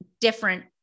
different